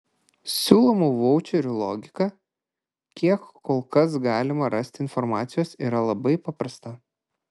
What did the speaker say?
siūlomų vaučerių logika kiek kol kas galima rasti informacijos yra labai paprasta